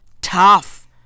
tough